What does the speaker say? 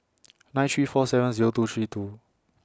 nine three four seven Zero two three two